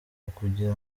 ukugira